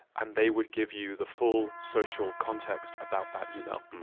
and they would give you the full social context about that email.